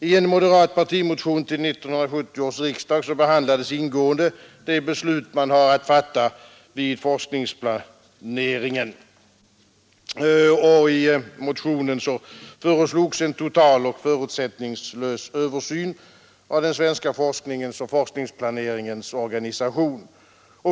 I en moderat partimotion till 1970 års riksdag behandlades ingående de beslut man har att fatta vid forskningsplaneringen. I motionen föreslogs en total och förutsättningslös översyn av den svenska forskningens och forskningsplaneringens organisation.